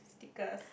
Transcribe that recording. stickers